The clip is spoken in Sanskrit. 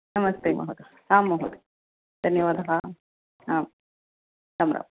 नमस्ते महोदय आं महोदय धन्यवादः आं रां राम्